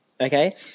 Okay